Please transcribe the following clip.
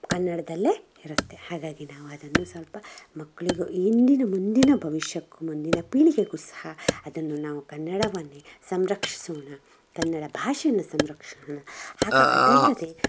ಕನ್ನಡದಲ್ಲೇ ಇರುತ್ತೆ ಹಾಗಾಗಿ ನಾವು ಅದನ್ನು ಸ್ವಲ್ಪ ಮಕ್ಕಳಿಗೂ ಇಂದಿನ ಮುಂದಿನ ಭವಿಷ್ಯಕ್ಕು ಮುಂದಿನ ಪೀಳಿಗೆಗೂ ಸಹ ಅದನ್ನು ನಾವು ಕನ್ನಡವನ್ನೇ ಸಂರಕ್ಷಿಸೋಣ ಕನ್ನಡ ಭಾಷೆಯನ್ನು ಸಂರಕ್ಷಿಸೋಣ ಆಗ ಅದಲ್ಲದೆ